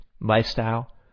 lifestyle